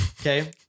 Okay